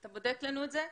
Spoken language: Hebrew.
אתה בודק לנו את זה?